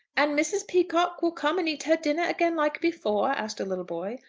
and mrs. peacocke will come and eat her dinner again like before? asked a little boy.